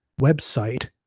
website